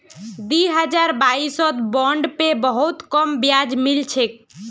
दी हजार बाईसत बॉन्ड पे बहुत कम ब्याज मिल छेक